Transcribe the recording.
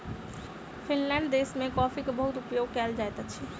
Finland देश में कॉफ़ीक बहुत उपयोग कयल जाइत अछि